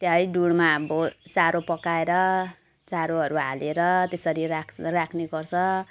त्यही डुँढमा अब चारो पकाएर चारोहरू हालेर त्यसरी राख राख्नेगर्छ